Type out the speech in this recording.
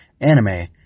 anime